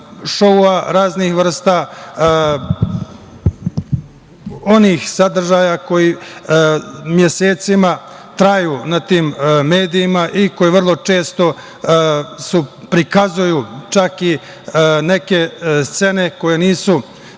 šoua, raznih vrsta onih sadržaja koji mesecima traju na tim medijima i koji vrlo često prikazuju čak i neke scene koje nisu